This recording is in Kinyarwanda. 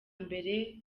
mbere